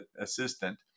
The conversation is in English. assistant